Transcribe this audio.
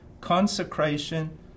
consecration